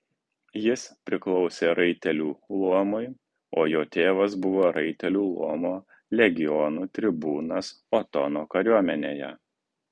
jis priklausė raitelių luomui o jo tėvas buvo raitelių luomo legionų tribūnas otono kariuomenėje